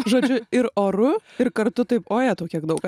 žodžiu ir oru ir kartu taip ojetau kiek daug